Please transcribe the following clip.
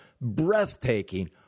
breathtaking